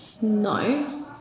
No